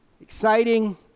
exciting